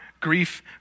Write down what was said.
Grief